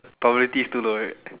probability is too low right